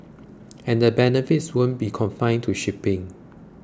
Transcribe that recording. and the benefits wouldn't be confined to shipping